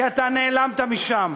כי אתה נעלמת משם.